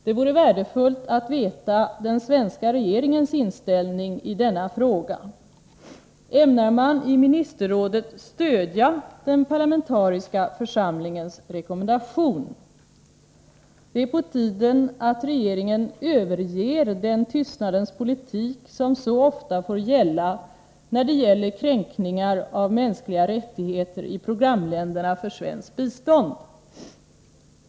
Det vore värdefullt att veta den svenska regeringens inställning i denna fråga. Ämnar man i ministerrådet stödja den parlamentariska församlingens rekommendation? Det är på tiden att regeringen överger den tystnadens politik som så ofta får råda när det gäller kränkningar av mänskliga rättigheter i programländerna för svenskt bistånd.